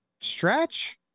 stretch